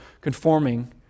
conforming